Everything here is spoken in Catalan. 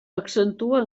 accentua